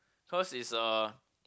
cause is a